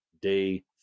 day